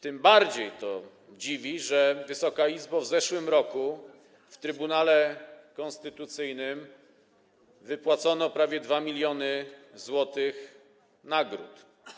Tym bardziej to dziwi, że, Wysoka Izbo, w zeszłym roku w Trybunale Konstytucyjnym wypłacono prawie 2 mln zł nagród.